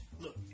Look